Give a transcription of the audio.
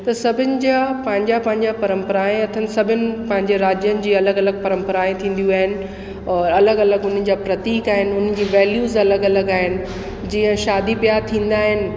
त सभिनि जा पंहिंजा पंहिंजा परंपरा अथनि सभिनि पंहिंजे राज्युनि जी अलॻि अलॻि परंपराए थींदियूं आहिनि और अलॻि अलॻि हुननि जा प्रतीक आहिनि हुननि जा वैल्यूस अलॻि अलॻि आहिनि जीअं शादी ब्याह थींदा आहिनि